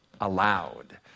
allowed